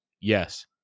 Yes